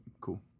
Cool